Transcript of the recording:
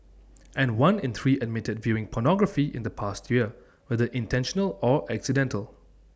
and one in three admitted viewing pornography in the past year whether intentional or accidental